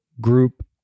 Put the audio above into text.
group